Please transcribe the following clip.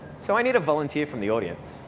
so i need a volunteer from the audience.